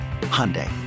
Hyundai